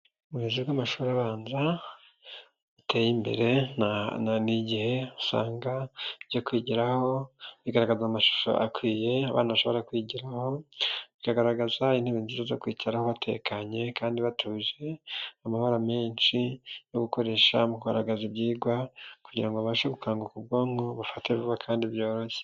Uburezi bw'amashuri abanza buteye imbere n'igihe usanga ibyo kwigiraho bigaragaza amashusho akwiye abanashobora kwiyigiraho, bikagaragaza intebe nziza zo kwicaraho batekanye kandi batuje, amabara menshi yo gukoresha mu kugaragaza ibyigwa kugira ngo babashe gukanguka ubwonko bufate vuba kandi byoroshye.